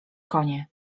konie